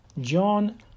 John